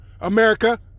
America